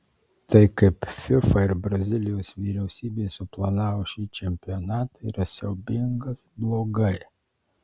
tai kaip fifa ir brazilijos vyriausybė suplanavo šį čempionatą yra siaubingas blogai